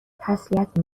تسلیت